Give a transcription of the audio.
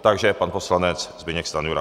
Takže pan poslanec Zbyněk Stanjura.